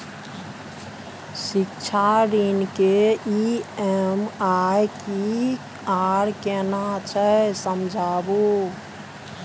शिक्षा ऋण के ई.एम.आई की आर केना छै समझाबू?